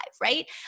right